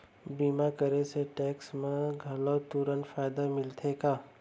बीमा करे से टेक्स मा घलव तुरंत फायदा मिलथे का?